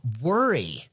worry